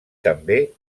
també